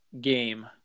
game